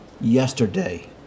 yesterday